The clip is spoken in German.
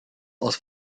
aus